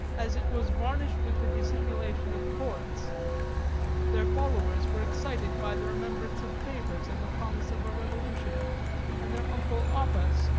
as it was varnished with the dissimulation of courts their followers were excited by the remembrance of favours and the promise of a revolution and their uncle oppas,